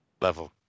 level